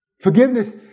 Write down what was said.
Forgiveness